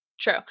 True